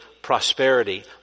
prosperity